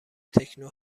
تکنو